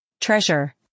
Treasure